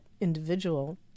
individual